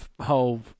whole